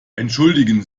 entschuldigen